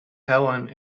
helene